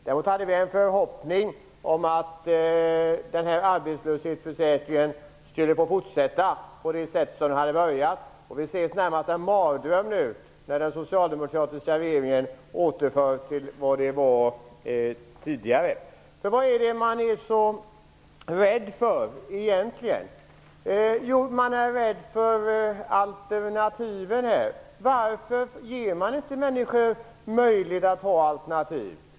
Däremot hade vi en förhoppning om att arbetslöshetsförsäkringen skulle få fortsätta att fungera på det sätt som vi hade beslutat, och vi ser det närmast som en mardröm att den socialdemokratiska regeringen återför den till vad den var tidigare. Vad är det egentligen som man är så rädd för? Jo, man är rädd för alternativen. Varför ger man inte människor möjlighet att välja alternativ?